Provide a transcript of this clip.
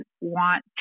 want